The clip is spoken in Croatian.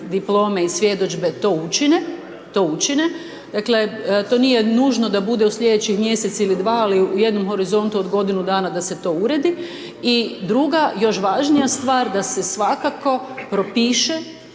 diplome i svjedodžbe da to učine, to učine, dakle to nije nužno da to bude u slijedećih mjesec ili dva ali u jednom horizontu od godinu dana da se to uredi. I druga još važnija stvar da se svakako propiše